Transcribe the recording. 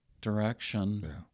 direction